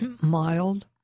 mild